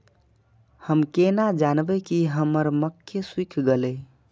हम केना जानबे की हमर मक्के सुख गले?